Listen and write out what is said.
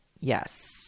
Yes